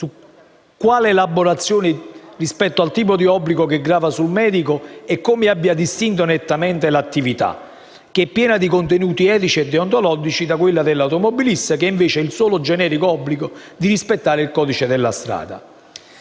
su quale elaborazione adottare rispetto al tipo di obbligo che grava sul medico e su come sia distinta nettamente l'attività del medico, che è piena di contenuti etici e deontologici, da quella dell'automobilista che ha, invece, il solo generico obbligo di rispettare il codice della strada.